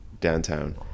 downtown